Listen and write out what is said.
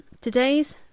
today's